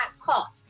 caught